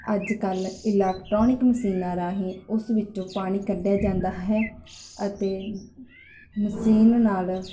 ਅੱਜ ਕੱਲ੍ਹ ਇਲੈਕਟ੍ਰੋਨਿਕ ਮਸ਼ੀਨਾਂ ਰਾਹੀਂ ਉਸ ਵਿੱਚੋਂ ਪਾਣੀ ਕੱਢਿਆ ਜਾਂਦਾ ਹੈ ਅਤੇ ਮਸੀਨ ਨਾਲ